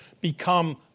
become